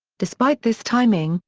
despite this timing,